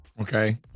Okay